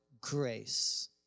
Grace